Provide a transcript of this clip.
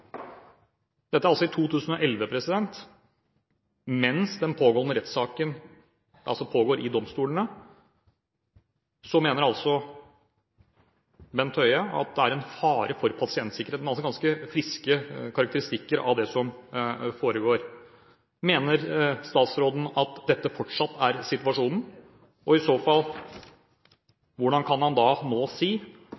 Dette er altså i 2011. Mens rettssaken pågår i domstolene, mener Bent Høie at det er en fare for pasientsikkerheten – altså ganske friske karakteristikker av det som foregår. Mener statsråden at dette fortsatt er situasjonen? Og i så fall: